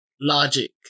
logic